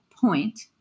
point